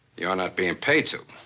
you're not being paid to.